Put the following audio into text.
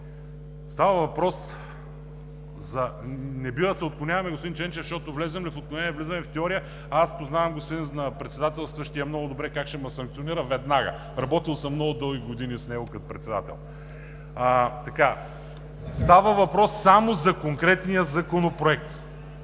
Става въпрос за това, че не бива да се отклоняваме, господин Ченчев, защото влезем ли в отклонение, влизаме в теория, а аз познавам господин председателстващия много добре и как ще ме санкционира веднага. Работил съм много дълги години с него, като председател. (Оживление.) Става въпрос само за конкретния законопроект.